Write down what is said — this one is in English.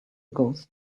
ghost